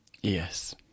Yes